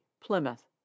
Plymouth